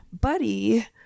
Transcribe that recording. Buddy